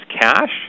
cash